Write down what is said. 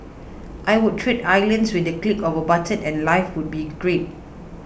I would trade islands with the click of a button and life would be great